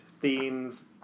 themes